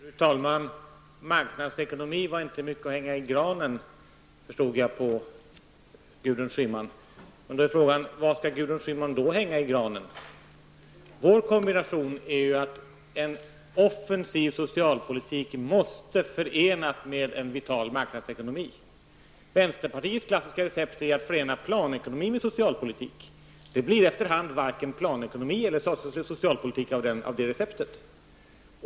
Fru talman! Marknadsekonomin är inte mycket att hänga i granen, förstod jag av Gudrun Schyman. Frågan är då vad Gudrun Schyman skall hänga i granen. Vi anser att en offensiv socialpolitik måste förenas med en vital marknadsekonomi. Vänsterpartiets klassiska recept är att förena planekonomi med socialpolitik. Det blir efter hand varken planekonomi eller socialpolitik av det receptet.